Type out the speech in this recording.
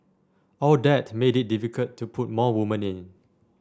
all that made it difficult to put more women in